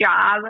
job